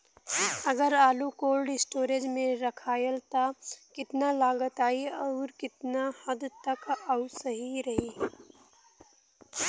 अगर आलू cold storage में रखायल त कितना लागत आई अउर कितना हद तक उ सही रही?